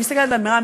מסתכלת על מרב,